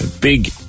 Big